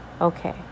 Okay